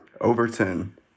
Overton